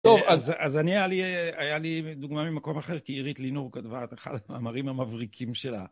טוב, אז היה לי דוגמא ממקום אחר, כי עירית לינור כתבה את אחד המאמרים המבריקים שלה.